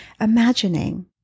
imagining